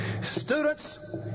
Students